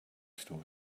store